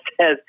says